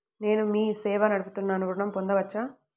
నేను మీ సేవా నడుపుతున్నాను ఋణం పొందవచ్చా?